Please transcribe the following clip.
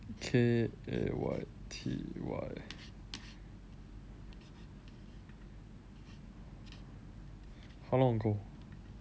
K A Y T Y how long ago